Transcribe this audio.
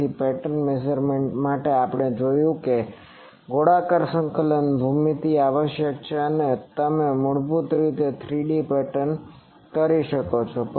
તેથી પેટર્નના મેઝરમેન્ટ માટે આપણે જોયું છે કે ગોળાકાર સંકલન ભૂમિતિ આવશ્યક છે અને તમે મૂળભૂત રીતે તે 3 ડી પેટર્ન કરી શકો છો